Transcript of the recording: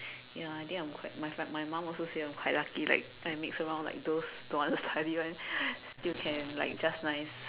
ya I think I'm quite my fam~ my mom also say I'm quite lucky like I mix with those don't want to study [one] still can like just nice